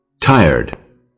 tired